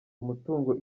umutungo